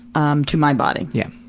um, to my body. yeah.